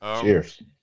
Cheers